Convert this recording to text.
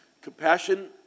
Compassion